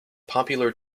popular